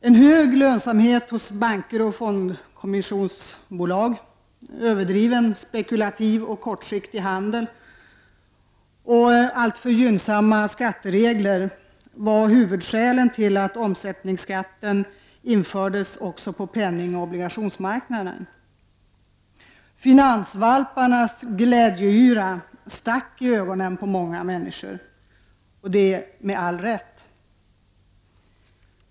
En hög lönsamhet för banker och fondkommissionsbolag, en överdriven spekulativ och kortsiktig handel och alltför gynnsamma skatteregler var huvudskälen till att omsättningsskatten infördes även på penningoch obligationsmarknaden. Finansvalparnas glädjeyra stack i ögonen på många människor, och det med all rätt.